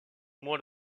mois